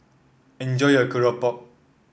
enjoy your Keropok